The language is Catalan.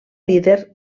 líder